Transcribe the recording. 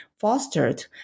fostered